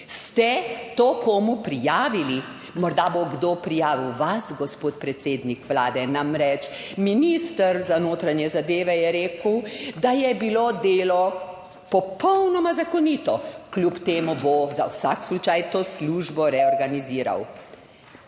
Ste to komu prijavili? Morda bo kdo prijavil vas, gospod predsednik Vlade. Namreč, minister za notranje zadeve je rekel, da je bilo delo popolnoma zakonito. Kljub temu bo za vsak slučaj, to službo reorganiziral.